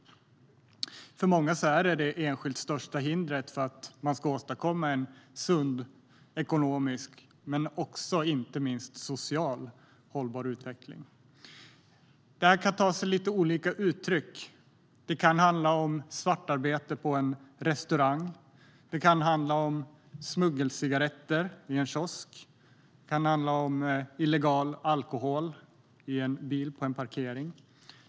För många är detta det enskilt största hindret för att man ska kunna åstadkomma en sund ekonomisk men inte minst socialt hållbar utveckling. Det kan ta sig olika uttryck. Det kan handla om svartarbete på en restaurang, smuggelcigaretter i en kiosk och illegal alkohol i en bil på en parkering.